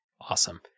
awesome